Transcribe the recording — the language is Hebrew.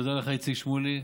תודה לך, איציק שמולי.